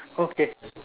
okay